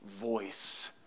voice